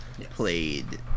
played